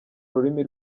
rurimi